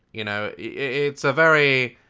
you know it's a very.